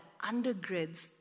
undergrids